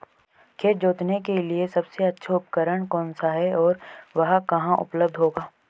खेत जोतने के लिए सबसे अच्छा उपकरण कौन सा है और वह कहाँ उपलब्ध होगा?